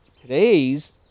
today's